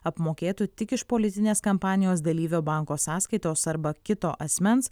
apmokėtų tik iš politinės kampanijos dalyvio banko sąskaitos arba kito asmens